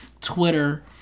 Twitter